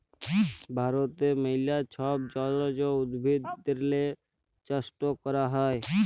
ভারতে ম্যালা ছব জলজ উদ্ভিদেরলে চাষট ক্যরা হ্যয়